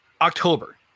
October